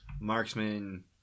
marksman